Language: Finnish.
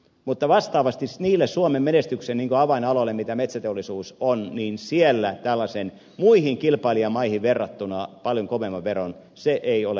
mutta vastaavasti niille suomen menestyksen avainaloille mitä metsäteollisuus on muihin kilpailijamaihin verrattuna paljon kovempi vero ei ole perusteltu